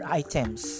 items